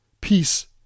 Peace